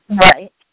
right